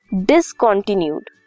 Discontinued